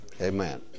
Amen